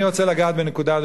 אני רוצה לגעת בנקודה כואבת,